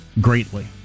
greatly